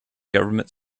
government